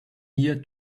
near